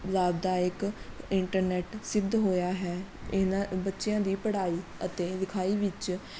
ਲਾਭਦਾਇਕ ਇੰਟਰਨੈੱਟ ਸਿੱਧ ਹੋਇਆ ਹੈ ਇਹਨਾਂ ਬੱਚਿਆਂ ਦੀ ਪੜ੍ਹਾਈ ਅਤੇ ਲਿਖਾਈ ਵਿੱਚ